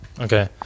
Okay